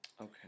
Okay